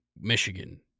Michigan